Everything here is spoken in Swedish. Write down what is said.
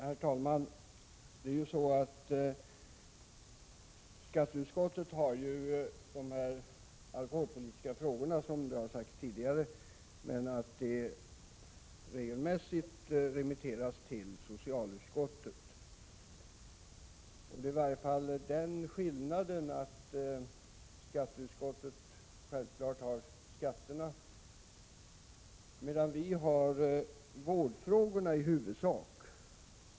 Herr talman! Det är ju så, att skatteutskottet har hand om de alkoholpolitiska frågorna, som det har sagts tidigare. Men regelmässigt remitteras sådana frågor till socialutskottet. Det finns dock en skillnad. Självfallet har skatteutskottet hand om skatterna, medan vi i socialutskottet i huvudsak har hand om vårdfrågorna.